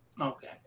Okay